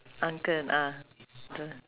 uncle ah dr~